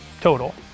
total